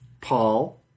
Paul